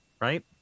right